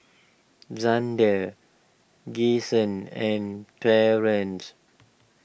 Zander Kyson and Torrance